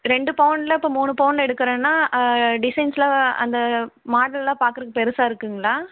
ரெண்டு பவுனில் இப்போ மூணு பவுனில் எடுக்கிறோனா டிசைன்ஸெலாம் அந்த மாடலெலாம் பார்க்கறதுக்கு பெருசாக இருக்குதுங்களா